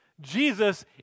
Jesus